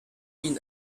been